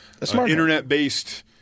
internet-based